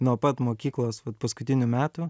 nuo pat mokyklos vat paskutinių metų